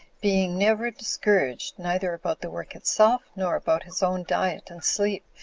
being never discouraged, neither about the work itself, nor about his own diet and sleep,